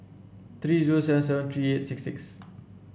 three zero seven seven three eight six six